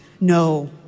No